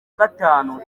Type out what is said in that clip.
gatanu